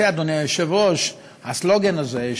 הסלוגן הזה,